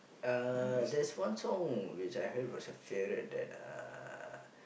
uh there's one song which I have as a favourite that uh